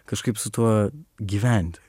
kažkaip su tuo gyventi